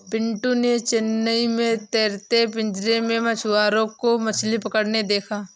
पिंटू ने चेन्नई में तैरते पिंजरे में मछुआरों को मछली पकड़ते देखा